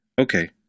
Okay